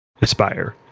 Aspire